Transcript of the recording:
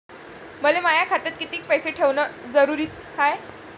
मले माया खात्यात कितीक पैसे ठेवण जरुरीच हाय?